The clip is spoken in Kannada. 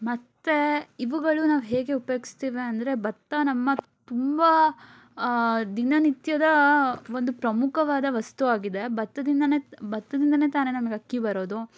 ಮತ್ತೆ ಇವುಗಳು ನಾವು ಹೇಗೆ ಉಪಯೋಗಿಸ್ತೇವೆ ಅಂದರೆ ಭತ್ತ ನಮ್ಮ ತುಂಬ ದಿನನಿತ್ಯದ ಒಂದು ಪ್ರಮುಖವಾದ ವಸ್ತುವಾಗಿದೆ ಭತ್ತದಿಂದಲೆ ಭತ್ತದಿಂದಲೆ ತಾನೇ ನಮಗೆ ಅಕ್ಕಿ ಬರೋದು